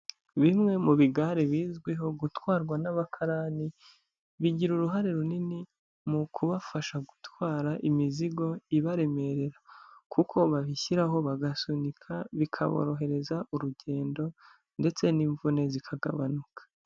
Bimwe mu bigare bizwiho gutwarwa n'abakarani bigira uruhare runini mu kubafasha gutwara imizigo ibaremerera, kuko babishyiraho bagasunika, bikaborohereza urugendo. Ndetse n'imvune zikagabanuka.